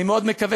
אני מקווה